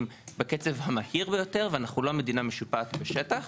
בקצב המהיר ביותר ואנחנו לא מדינה משופעת בשטח,